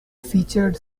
featured